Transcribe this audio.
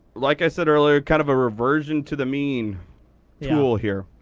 like i said earlier, kind of a reversion to the mean tool here,